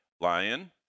lion